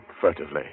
furtively